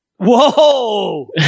Whoa